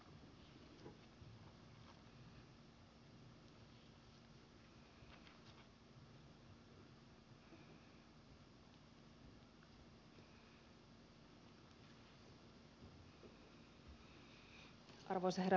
arvoisa herra puhemies